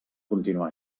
continuar